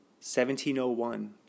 1701